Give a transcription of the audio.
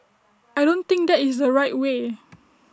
I don't think that is the right way